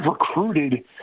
recruited